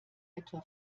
etwa